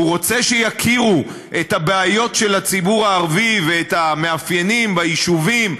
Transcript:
ורוצה שיכירו את הבעיות של הציבור הערבי ואת המאפיינים ביישובים,